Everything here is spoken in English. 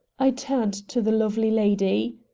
i turned to the lovely lady.